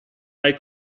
hai